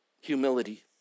Humility